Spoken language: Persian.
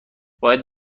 باید